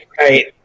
right